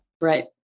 right